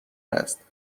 است